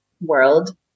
world